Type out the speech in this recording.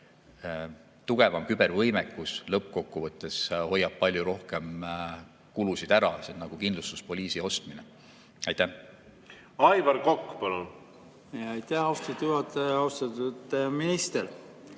tugevam kübervõimekus lõppkokkuvõttes hoiab palju rohkem kulusid ära, see on nagu kindlustuspoliisi ostmine. Aivar Kokk, palun! Aivar Kokk, palun! Aitäh, austatud juhataja! Austatud minister!